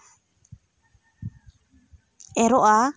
ᱮᱨᱚᱜᱼᱟ